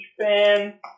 fan